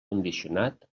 condicionat